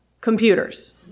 computers